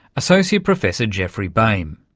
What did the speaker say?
associate professor geoffrey baym.